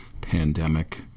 pandemic